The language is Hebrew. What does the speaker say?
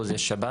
ל-87% יש שב"ן,